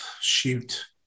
shoot